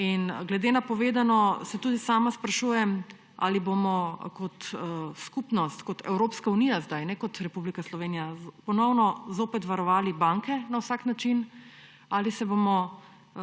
Glede na povedano se tudi sama sprašujem, ali bomo kot skupnost, kot Evropska unija zdaj, ne kot Republika Slovenija, zopet varovali banke na vsak način ali se bomo